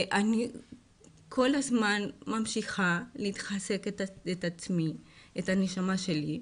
אני כל הזמן ממשיכה לחזק את עצמי ואת הנשמה שלי,